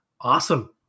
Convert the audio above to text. Awesome